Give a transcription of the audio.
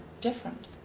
different